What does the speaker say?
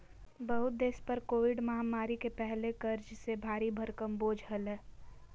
बहुते देश पर कोविड महामारी के पहले कर्ज के भारी भरकम बोझ हलय